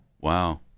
Wow